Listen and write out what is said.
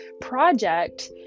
project